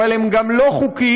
אבל הם גם לא חוקיים.